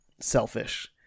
selfish